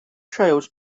trails